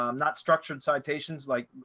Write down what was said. um not structured citations, like,